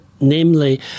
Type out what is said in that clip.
namely